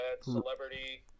celebrity